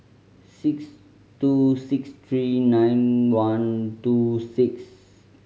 six two six three nine one two six